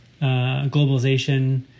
globalization